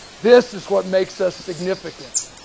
this is what makes us significant.